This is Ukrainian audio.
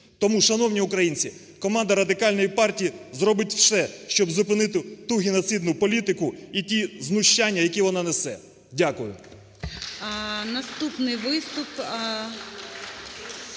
Тому, шановні українці, команда Радикальної партії зробить все, щоб зупинити ту геноцидну політику і ті знущання, які вона несе. Дякую.